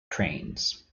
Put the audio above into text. trains